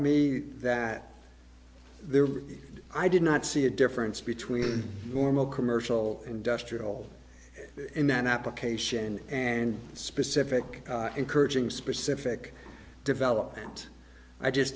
me that there were i did not see a difference between normal commercial industrial in an application and specific encouraging specific development i just